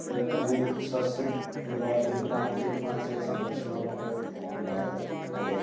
അത് സ്ട്രെസും ഒരുപാട് മാന മാനസിക സംഘർഷങ്ങളും ഒക്കെ ഉണ്ടാക്കാം അപ്പോൾ